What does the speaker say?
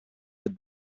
but